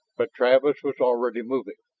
but travis was already moving.